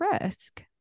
risk